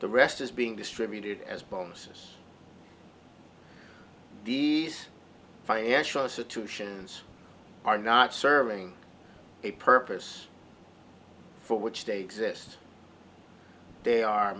the rest is being distributed as bonuses these financial institutions are not serving a purpose for which they exist they are